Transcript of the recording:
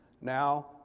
now